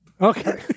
Okay